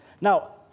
Now